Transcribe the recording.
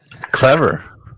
Clever